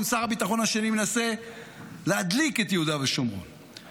ושר הביטחון השני מנסה להדליק את יהודה ושומרון,